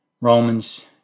Romans